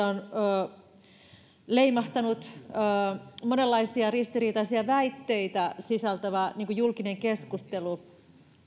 on leimahtanut monenlaisia ristiriitaisia väitteitä sisältävä julkinen keskustelu